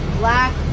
black